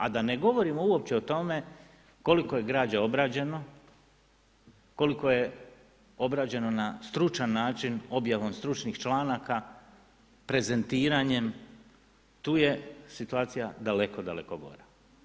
A da ne govorimo uopće o tome koliko je građe obrađeno, koliko je obrađeno na stručan način, objavom stručnih članaka, prezentiranjem, tu je situacija daleko, daleko gora.